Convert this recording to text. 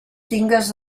tingues